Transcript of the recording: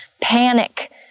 panic